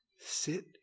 Sit